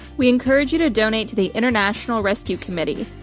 we encourage you to donate to the international rescue committee,